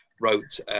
wrote